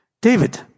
David